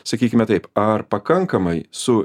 sakykime taip ar pakankamai su